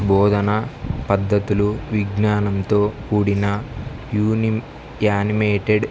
బోధన పద్ధతులు విజ్ఞానంతో కూడిన యానిమేటెడ్